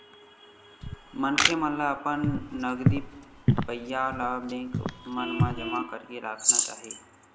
मनखे मन ल अपन नगदी पइया ल बेंक मन म जमा करके राखना चाही